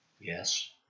yes